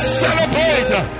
celebrate